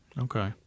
Okay